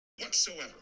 whatsoever